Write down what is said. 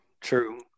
true